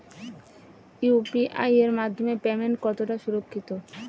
UPI এর মাধ্যমে payment কতটা সুরক্ষিত?